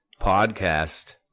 podcast